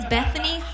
Bethany